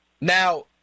Now